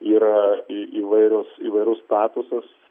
yra įvairios įvairus statusas